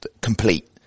complete